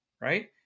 right